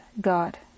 God